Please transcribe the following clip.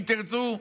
אם תרצו,